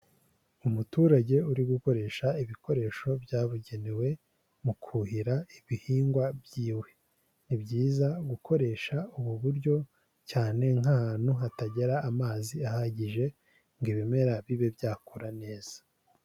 Umuturage uri gukoresha ibikoresho byabugenewe mu kuhira ibihingwa byiwe. Ni byiza gukoresha ubu buryo cyane nk'ahantu hatagira amazi ahagije ngo ibimera bibe byakura neza.